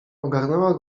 ogarnęła